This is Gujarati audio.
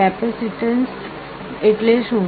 કેપેસિટન્સ એટલે શું